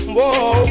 Whoa